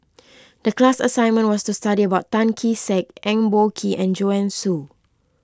the class assignment was to study about Tan Kee Sek Eng Boh Kee and Joanne Soo